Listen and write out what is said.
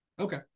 Okay